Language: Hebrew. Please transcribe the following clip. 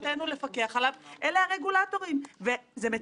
היא הייתה ועדת חקירה שעסקה בנושא עמלות הבנקים.